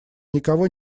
никого